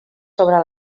sobre